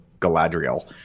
Galadriel